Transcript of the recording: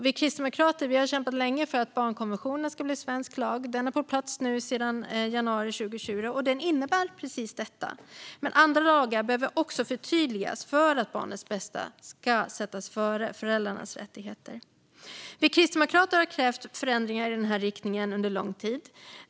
Vi kristdemokrater har kämpat länge för att barnkonventionen ska bli svensk lag. Den är på plats nu sedan januari 2020, och den innebär precis detta. Men andra lagar behöver också förtydligas för att barnets bästa ska sättas före föräldrarnas rättigheter. Vi kristdemokrater har krävt förändringar i den här riktningen under lång tid.